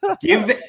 give